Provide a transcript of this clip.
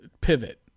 pivot